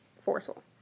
forceful